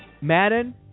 Madden